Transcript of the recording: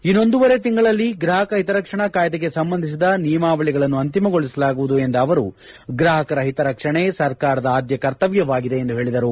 ಇನ್ನೊಂದುವರೆ ತಿಂಗಳಲ್ಲಿ ಗ್ರಾಹಕ ಹಿತರಕ್ಷಣಾ ಕಾಯ್ಲೆಗೆ ಸಂಬಂಧಿಸಿದ ನಿಯಮಾವಳಿಗಳನ್ನು ಅಂತಿಮಗೊಳಿಸಲಾಗುವುದು ಎಂದ ಅವರು ಗ್ರಾಹಕರ ಹಿರಕ್ಷಣೆ ಸರ್ಕಾರದ ಆದ್ದ ಕರ್ತವ್ಯವಾಗಿದೆ ಎಂದು ಹೇಳಿದರು